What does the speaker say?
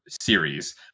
series